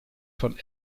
von